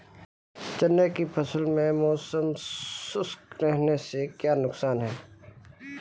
चने की फसल में मौसम शुष्क रहने से क्या नुकसान है?